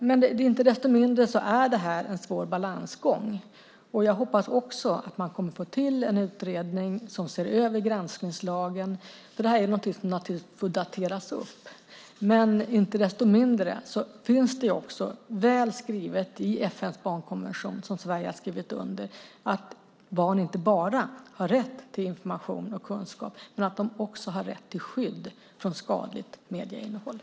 Balansgången är svår här. Jag hoppas att man får till stånd en utredning som ser över granskningslagen, för det här får naturligtvis uppdateras. Inte desto mindre finns det väl skrivet i FN:s barnkonvention, som Sverige har skrivit under, att barn inte bara har rätt till information och kunskap utan också har rätt till skydd från skadligt medieinnehåll.